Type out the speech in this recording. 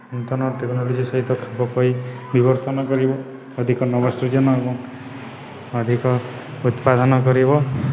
ନୂତନ ଟେକ୍ନୋଲୋଜି ସହିତ ଖାପଖୁଆଇ ବିିବର୍ତ୍ତନ କରିବ ଅଧିକ ନବସୃଜନ ଏବଂ ଅଧିକ ଉତ୍ପାଦନ କରିବ